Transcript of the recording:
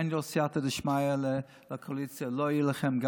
אין לו סייעתא דשמיא, ולקואליציה, לא יהיה גם לכם.